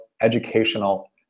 educational